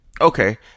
Okay